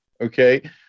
Okay